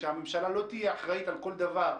שהממשלה לא תהיה אחראית על כל דבר.